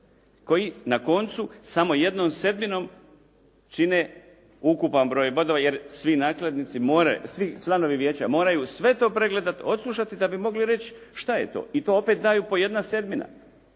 koji na koncu samo jednom sedminom čine ukupan broj bodova jer svi članovi vijeća moraju sve to pregledati, odslušati da bi mogli reći šta je to, i to opet daju po jedna sedmina.